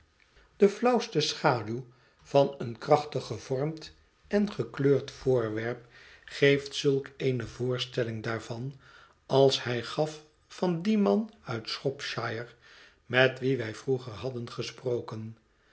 de flauwste schaduw van een krachtig gevormd en gekleurd voorwerp geeft zulk eene voorstelling daarvan als hij gaf van dien man uit shropshire met wien wij vroeger hadden gesproken